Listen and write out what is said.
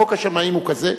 חוק השמאים הוא כזה.